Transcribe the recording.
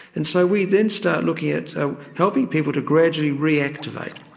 and so we then start looking at so helping people to gradually reactivate,